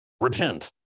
repent